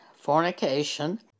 fornication